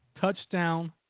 touchdown